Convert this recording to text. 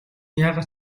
яагаа